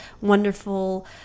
wonderful